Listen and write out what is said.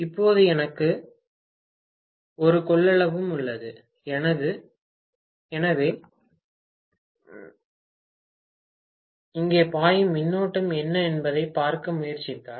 இப்போது எனக்கு ஒரு கொள்ளளவும் உள்ளது எனவே இங்கே பாயும் மின்னோட்டம் என்ன என்பதைப் பார்க்க முயற்சித்தால்